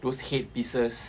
those headpieces